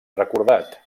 recordat